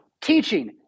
teaching